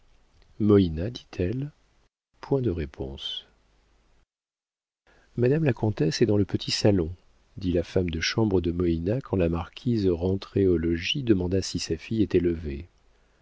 dit-elle point de réponse madame la comtesse est dans le petit salon dit la femme de chambre de moïna quand la marquise rentrée au logis demanda si sa fille était levée